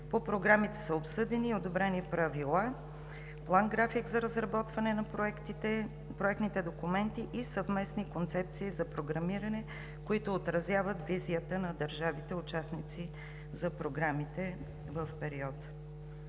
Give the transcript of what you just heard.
По програмите са обсъдени и одобрени правила, план-график за разработване на проектните документи и съвместни концепции за програмиране, които отразяват визията на държавите участници в програмите за периода.